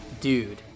dude